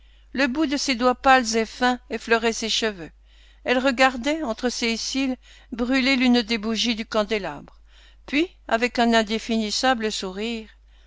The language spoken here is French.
le bout de ses doigts pâles et fins effleurait ses cheveux elle regardait entre ses cils brûler l'une des bougies du candélabre puis avec un indéfinissable sourire